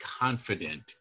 confident